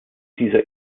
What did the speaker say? dieser